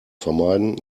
vermeiden